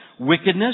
Wickedness